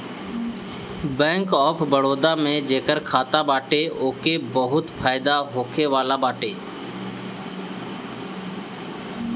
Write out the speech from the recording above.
bank of Baroda में जेकर खाता बाटे ओके बहुते फायदा होखेवाला बाटे